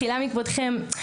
מחילה מכבודכם,